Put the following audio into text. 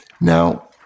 Now